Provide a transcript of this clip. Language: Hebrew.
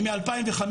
היא מ-2005.